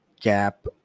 gap